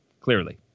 clearly